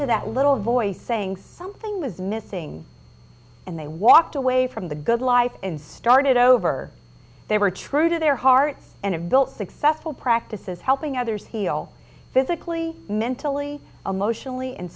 to that little voice saying something was missing and they walked away from the good life and started over they were true to their hearts and have built successful practices helping others heal physically mentally emotionally and